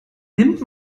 nimmt